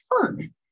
fun